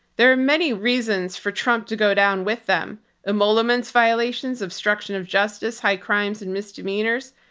there are many reasons for trump to go down with them emoluments violations, obstruction of justice, high crimes and misdemeanors.